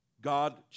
God